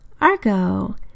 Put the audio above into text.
Argo